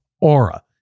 Aura